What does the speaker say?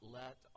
let